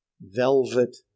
velvet